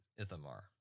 Ithamar